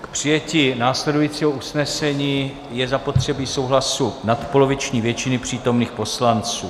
K přijetí následujícího usnesení je zapotřebí souhlasu nadpoloviční většiny přítomných poslanců.